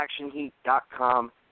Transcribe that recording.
actionheat.com